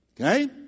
Okay